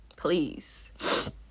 please